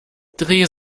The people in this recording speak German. dreh